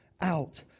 out